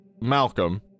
Malcolm